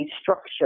structure